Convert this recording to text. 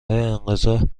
انقضا